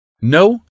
No